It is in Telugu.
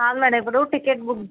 కాదు మేడం ఇప్పుడు టికెట్ బుక్